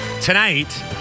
Tonight